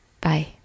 Bye